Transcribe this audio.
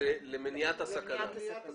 למניעת הסכנה.